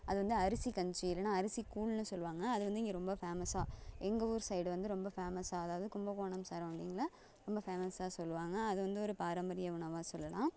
அது வந்து அரிசி கஞ்சி இல்லைனா அரிசி கூழ்னு சொல்லுவாங்க அது வந்து இங்கே ரொம்ப பேமஸாக எங்கள் ஊர் சைடு வந்து ரொம்ப பேமஸாக அதாவது கும்பகோணம் சரௌண்டிங்கில் ரொம்ப பேமஸாக சொல்லுவாங்க அது வந்து ஒரு பாரம்பரிய உணவாக சொல்லலாம்